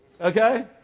okay